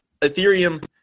Ethereum